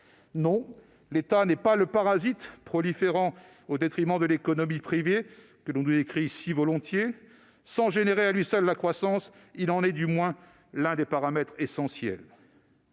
Non, l'État n'est pas le parasite proliférant au détriment de l'économie privée que l'on nous décrit si volontiers. S'il n'est pas seul à créer la croissance, il en est, du moins, l'un des paramètres essentiels.